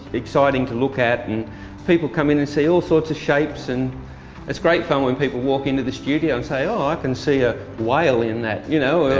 exciting to look at. and people come in and see all sorts of shapes, and it's great fun when people walk into the studio and say oh, i can see a whale in that. you know,